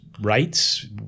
rights